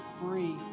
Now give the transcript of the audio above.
free